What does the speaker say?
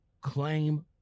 claim